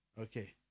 Okay